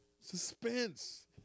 Suspense